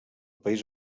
país